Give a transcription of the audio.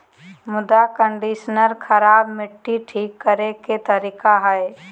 मृदा कंडीशनर खराब मट्टी ठीक करे के तरीका हइ